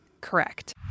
Correct